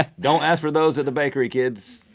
ah don't ask for those at the bakery, kids.